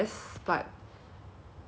similar experience like that again